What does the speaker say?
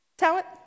talent